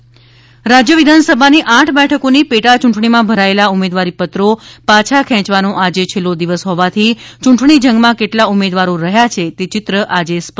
પેટા ચૂંટણી રાજ્ય વિધાનસભાની આઠ બેઠકોની પેટાચૂંટણીમાં ભરાયેલા ઉમેદવારીપત્રો પાછા ખેચવાનો આજે છેલ્લો દિવસ હોવાથી ચૂંટણીજંગમાં કેટલા ઉમેદવારો રહ્યા છે તે ચિત્ર આજે સ્પષ્ટ થશે